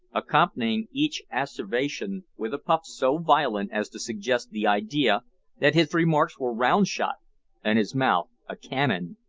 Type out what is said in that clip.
accompanying each asseveration with a puff so violent as to suggest the idea that his remarks were round-shot and his mouth a cannon.